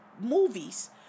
movies